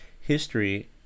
history